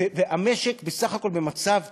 והמשק בסך הכול במצב טוב,